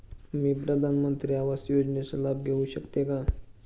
मी प्रधानमंत्री आवास योजनेचा लाभ घेऊ शकते का?